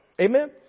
Amen